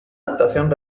adaptación